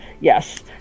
yes